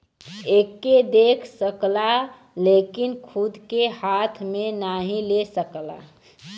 एके देख सकला लेकिन खूद के हाथ मे नाही ले सकला